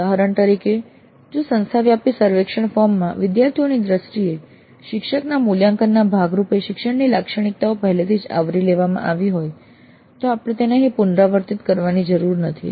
ઉદાહરણ તરીકે જો સંસ્થા વ્યાપી સર્વેક્ષણ ફોર્મમાં વિદ્યાર્થીઓની દ્રષ્ટિએ શિક્ષકના મૂલ્યાંકનના ભાગરૂપે શિક્ષકની લાક્ષણિકતાઓ પહેલેથી જ આવરી લેવામાં આવી હોય તો આપણે તેને અહીં પુનરાવર્તિત કરવાની જરૂર નથી